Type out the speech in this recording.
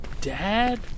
dad